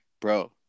bro